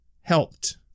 helped